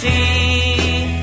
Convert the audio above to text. see